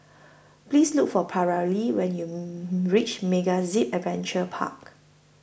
Please Look For Paralee when YOU REACH MegaZip Adventure Park